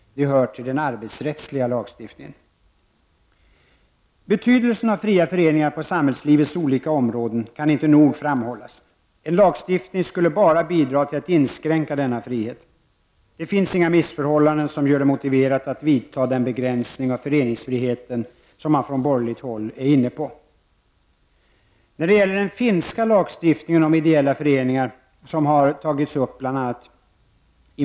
De hör till den arbetsrättsliga lagstiftningen. Betydelsen av fria föreningar på samhällslivets olika områden kan inte nog framhållas. En lagstiftning skulle bara bidra till att inskränka denna frihet. Det finns inga missförhållanden som gör det motiverat att vidta den begränsning av föreningsfrihet som man från borgerligt håll är inne på. När det gäller den finska lagstiftningen om ideella föreningar, som har tagits uppibl.a.